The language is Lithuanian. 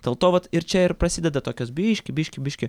dėl to vat ir čia ir prasideda tokios biškį biškį biškį